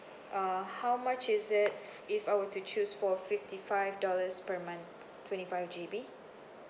uh how much is it if I were to choose for fifty five dollars per month twenty five G_B